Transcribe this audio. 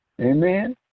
Amen